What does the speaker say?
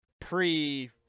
pre